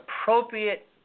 appropriate